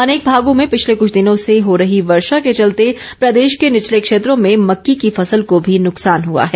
अनेक भागो में पिछले कुछ दिनों से हो रही वर्षा के चलते प्रदेश के निचले क्षेत्रों में मक्की की फसल को भी नुकसान हुआ है